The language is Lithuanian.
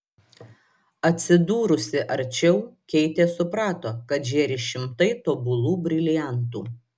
atsidūrusi arčiau keitė suprato kad žėri šimtai tobulų briliantų